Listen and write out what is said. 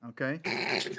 Okay